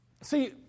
See